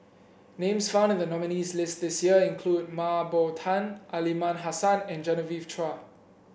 names found in the nominees' list this year include Mah Bow Tan Aliman Hassan and Genevieve Chua